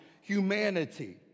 humanity